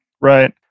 Right